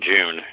June